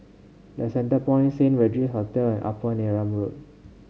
The Centrepoint Saint Regis Hotel and Upper Neram Road